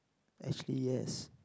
actually yes